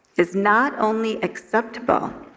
is not only acceptable,